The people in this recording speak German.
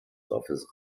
dorfes